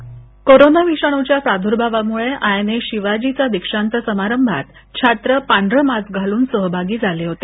script कोरोना विषाणुच्या प्रादुर्भावामुळे आय एन एस शिवाजीचा दीक्षांत समारंभात छात्र पांढर मास्क घालून सहभागी झाले होते